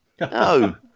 No